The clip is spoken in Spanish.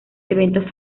eventos